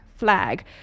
flag